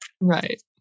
right